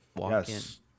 Yes